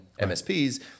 MSPs